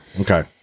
Okay